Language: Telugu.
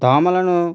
దోమలను